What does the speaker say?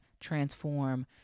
transform